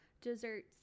desserts